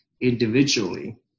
individually